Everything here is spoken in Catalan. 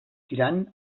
tirant